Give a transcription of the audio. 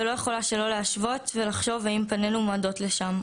ולא יכולה שלא להשוות ולחשוב האם פנינו מועדות לשם,